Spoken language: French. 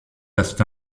restent